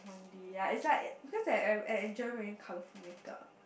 Von-D ya it's like because I I I I enjoy wearing colorful makeup